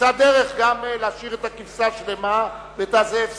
נמצא דרך גם להשאיר את הכבשה שלמה ואת הזאב שבע.